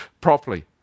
properly